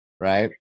Right